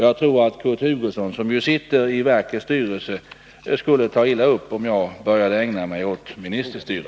Jag tror att Kurt Hugosson, som ju sitter i verkets styrelse, skulle ta illa upp, om jag började ägna mig åt ministerstyre.